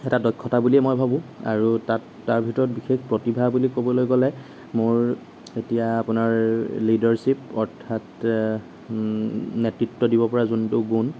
এটা দক্ষতা বুলিয়ে মই ভাবোঁ আৰু তাত তাৰ ভিতৰত বিশেষ প্ৰতিভা বুলি ক'বলৈ গ'লে মোৰ এতিয়া আপোনাৰ লীডাৰশ্বীপ অৰ্থাৎ নেতৃত্ব দিব পৰা যোনটো গুণ